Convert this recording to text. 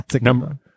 Number